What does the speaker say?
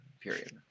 period